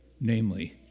namely